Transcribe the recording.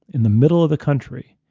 in the middle of the country,